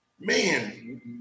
man